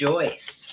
Joyce